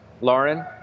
Lauren